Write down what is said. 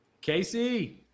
Casey